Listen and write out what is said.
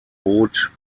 bot